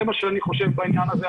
זה מה שאני חושב בעניין הזה.